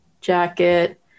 jacket